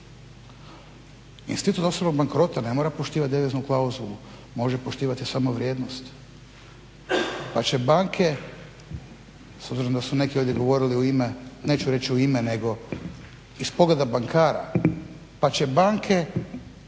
Institut osobnog bankrota ne mora poštivati deviznu klauzulu. Može poštivati samo vrijednost, pa će banke s obzirom da su neki ovdje govorili u ime, neću reći u ime nego iz pogleda bankara pa će banke